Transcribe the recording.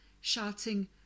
shouting